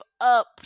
up